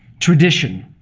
tradition,